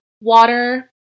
water